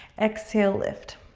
exhale, lift.